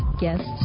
guests